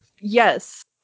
yes